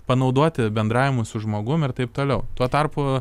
panaudoti bendravimui su žmogum ir taip toliau tuo tarpu